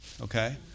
Okay